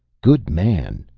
good man!